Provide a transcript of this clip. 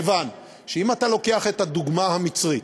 כיוון שאם אתה לוקח את הדוגמה המצרית,